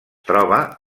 troba